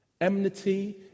Enmity